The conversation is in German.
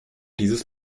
dieses